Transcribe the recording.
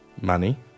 Money